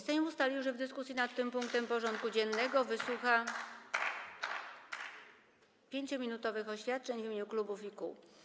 Sejm ustalił, że w dyskusji nad tym punktem porządku dziennego wysłucha 5-minutowych oświadczeń w imieniu klubów i kół.